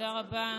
תודה רבה.